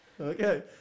Okay